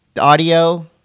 audio